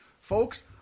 Folks